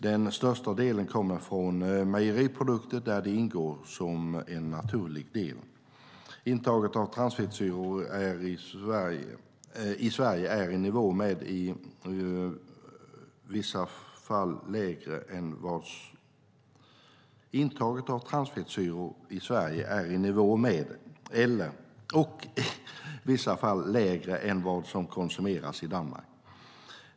Den största delen kommer från mejeriprodukter, där de ingår som en naturlig del. Intaget av transfettsyror i Sverige är i nivå med och i vissa fall lägre än vad som konsumeras i Danmark.